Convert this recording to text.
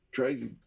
Crazy